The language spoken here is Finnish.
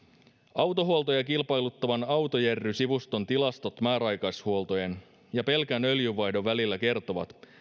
autohuoltoja kilpailuttavan autojerry sivuston tilastot määräaikaishuoltojen ja pelkän öljynvaihdon välillä kertovat